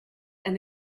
and